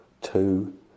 two